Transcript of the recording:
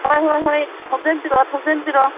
ꯍꯣꯏ ꯍꯣꯏ ꯍꯣꯏ ꯊꯧꯖꯤꯟꯕꯤꯔꯛꯑꯣ ꯊꯧꯖꯤꯟꯕꯤꯔꯛꯑꯣ